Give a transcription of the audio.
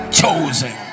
chosen